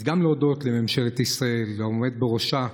גם להודות לממשלת ישראל ולעומד בראשה,